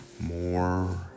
more